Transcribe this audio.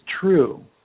true